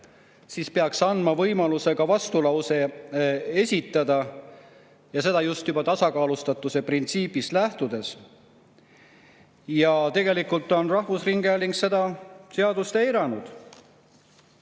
siis peaks andma võimaluse ka vastulause esitada, seda just tasakaalustatuse printsiibist lähtudes. Ja tegelikult on rahvusringhääling seda [punkti] eiranud.